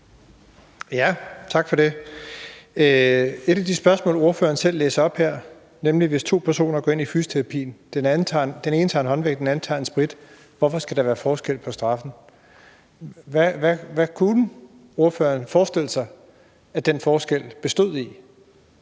(S): Tak for det. Et af de spørgsmål, ordføreren selv læser op her, er, hvorfor der, hvis to personer går ind i fysioterapien og den ene tager en håndvægt og den anden tager noget håndsprit, så skal være forskel på straffen. Hvad kunne ordføreren forestille sig at den forskel bestod i?